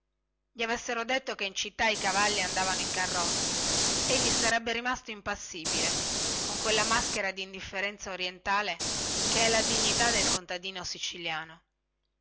gli avessero detto che in città i cavalli andavano in carrozza egli sarebbe rimasto impassibile con quella maschera dindifferenza orientale che è la dignità del contadino siciliano